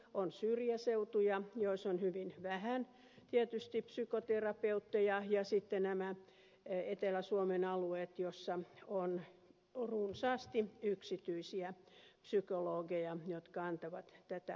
on syrjäseutuja joilla on tietysti hyvin vähän psykoterapeutteja ja sitten nämä etelä suomen alueet joilla on runsaasti yksityisiä psykologeja jotka antavat tätä hoitoa kuntoutusta